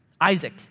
Isaac